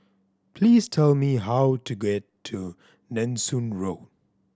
please tell me how to get to Nanson Road